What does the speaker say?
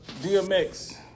DMX